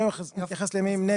לא מתייחס לימים נטו.